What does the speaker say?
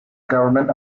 government